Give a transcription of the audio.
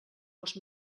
els